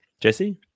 Jesse